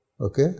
Okay